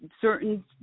certain